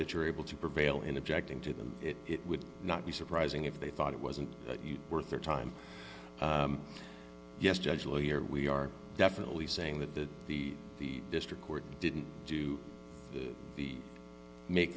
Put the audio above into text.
that you're able to prevail in objecting to them it would not be surprising if they thought it wasn't worth their time yes judge lawyer we are definitely saying that the the district court didn't do the make